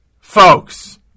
Folks